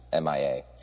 MIA